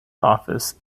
office